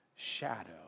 shadow